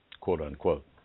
quote-unquote